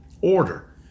order